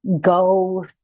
go